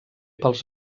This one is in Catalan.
pels